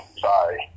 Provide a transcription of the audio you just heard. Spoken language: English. Sorry